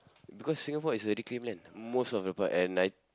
because Singapore is a reclaimed land most of the part and I